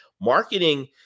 Marketing